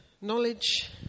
Knowledge